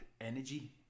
energy